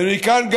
ומכאן,